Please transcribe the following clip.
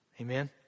Amen